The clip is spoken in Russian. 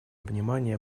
внимание